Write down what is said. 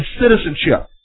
citizenship